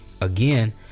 Again